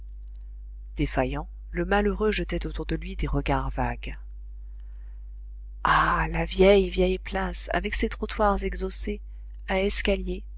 défaillant le malheureux jetait autour de lui des regards vagues ah la vieille vieille place avec ses trottoirs exhaussés à escaliers